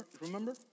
Remember